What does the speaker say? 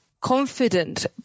confident